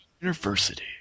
University